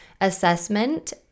assessment